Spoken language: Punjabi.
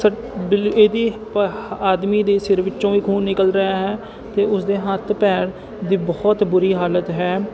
ਇਹਦੀ ਪ ਆਦਮੀ ਦੇ ਸਿਰ ਵਿੱਚੋਂ ਵੀ ਖੂਨ ਨਿਕਲ ਰਿਹਾ ਹੈ ਅਤੇ ਉਸਦੇ ਹੱਥ ਪੈਰ ਦੀ ਬਹੁਤ ਬੁਰੀ ਹਾਲਤ ਹੈ